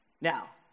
Now